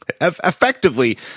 effectively